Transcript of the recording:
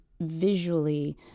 visually